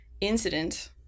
incident